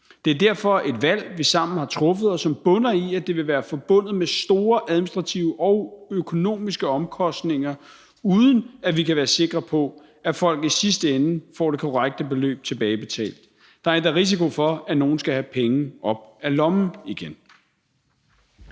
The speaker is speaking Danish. Det er derfor et valg, som vi sammen har truffet, og som bunder i, at det vil være forbundet med store administrative og økonomiske omkostninger, uden at vi kan være sikre på, at folk i sidste ende får det korrekte beløb tilbagebetalt. Der er endda risiko for, at nogle skal have penge op af lommen igen.